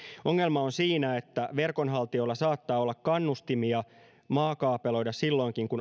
ongelma on siinä että verkonhaltijoilla saattaa olla kannustimia maakaapeloida silloinkin kun